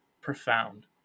profound